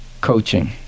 coaching